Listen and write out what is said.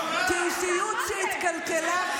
כאישיות שהתקלקלה,